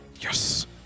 Yes